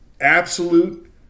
Absolute